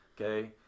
okay